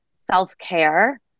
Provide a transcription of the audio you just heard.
self-care